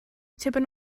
tipyn